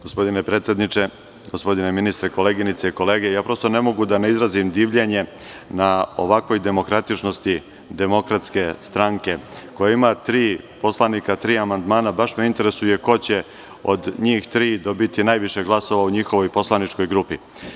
Gospodine predsedniče, gospodine ministre, koleginice i kolege, ja prosto ne mogu da ne izrazim divljenje na ovakvoj demokratičnosti DS koja ima tri poslanika, tri amandmana, baš me interesuje ko će od njih tri dobiti najviše glasova u njihovoj poslaničkoj grupi.